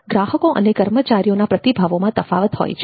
ગ્રાહકો અને કર્મચારીઓના પ્રતિભાવોમાં તફાવત હોય છે